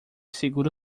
segura